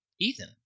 Ethan